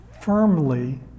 firmly